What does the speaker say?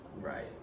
Right